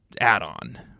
add-on